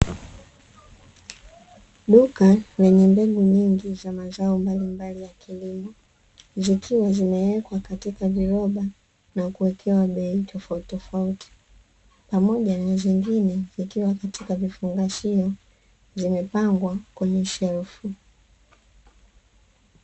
Duka lenye mbegu nyingi za mazao mbalimbali ya kilimo zikiwa zimewekwa katika viroba na kuwekewa bei tofautitofauti, pamoja na zingine zikiwa katika vifungashio zimepangwa kwenye shelfu.